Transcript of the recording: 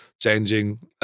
changing